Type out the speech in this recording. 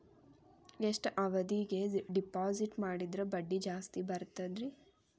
ಎಷ್ಟು ಅವಧಿಗೆ ಡಿಪಾಜಿಟ್ ಮಾಡಿದ್ರ ಬಡ್ಡಿ ಜಾಸ್ತಿ ಬರ್ತದ್ರಿ?